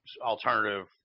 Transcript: alternative